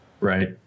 Right